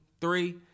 Three